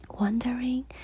Wondering